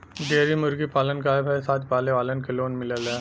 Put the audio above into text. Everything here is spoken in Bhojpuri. डेयरी मुर्गी पालन गाय भैस आदि पाले वालन के लोन मिलेला